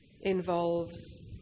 involves